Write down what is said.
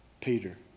Peter